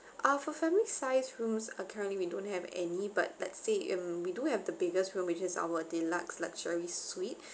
uh for family size rooms uh currently we don't have any but let's say if we do have the biggest room which is our deluxe luxury suite